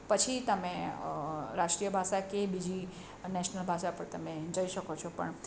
પછી તમે રાષ્ટ્રિય ભાષા કે બીજી નેશનલ ભાષા પર તમે જઈ શકો છો પણ